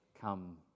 come